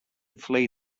flee